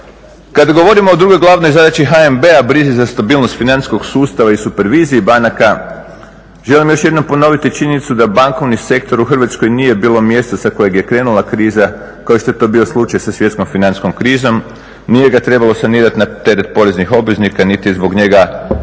Kada govorimo o drugoj glavnoj zadaći HNB-a, brizi za stabilnost financijskog sustava i superviziji banaka želim još jednom ponoviti činjenicu da bankovni sektor u Hrvatskoj nije bilo mjesta sa kojeg je krenula kriza kao što je to bio slučaj sa svjetskom financijskom krizom, nije ga trebalo sanirati na teret poreznih obveznika niti je zbog njega